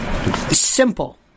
Simple